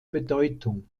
bedeutung